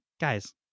guys